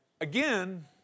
again